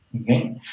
Okay